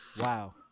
Wow